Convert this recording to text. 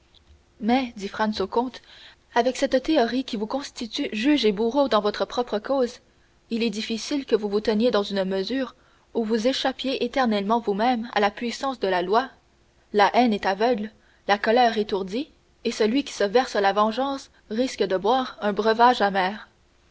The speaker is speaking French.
mais dit franz au comte avec cette théorie qui vous constitue juge et bourreau dans votre propre cause il est difficile que vous vous teniez dans une mesure où vous échappiez éternellement vous-même à la puissance de la loi la haine est aveugle la colère étourdie et celui qui se verse la vengeance risque de boire un breuvage amer